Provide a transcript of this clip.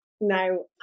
No